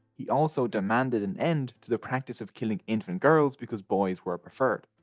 he also demanded an end to the practice of killing infant girls because boys were preferred.